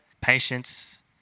patience